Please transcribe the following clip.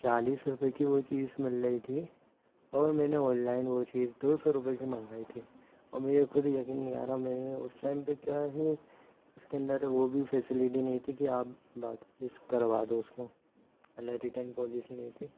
चालीस रुपये की वो चीज़ मिल रही थी और मैंने ओनलाइन वो चीज़ दो सौ रुपये की मंगवाई थी और मुझे खुद यकीन नहीं आ रहा मैंने उस टाइम पर क्या ही उसके अंदर वो भी फेस्लिटी नहीं थी कि आप वापस करवा दो उसको मतलब रिटर्न पॉलिसी नहीं थी